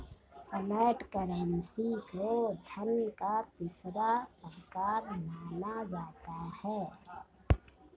flat currency को धन का तीसरा प्रकार माना जाता है